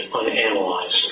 unanalyzed